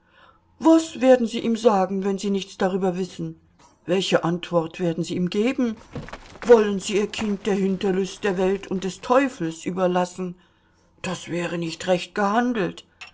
was werden sie ihm sagen wenn sie nichts darüber wissen welche antwort werden sie ihm geben wollen sie ihr kind der hinterlist der welt und des teufels überlassen das wäre nicht recht gehandelt